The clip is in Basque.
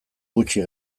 gutxi